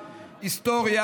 היסטוריה,